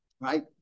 Right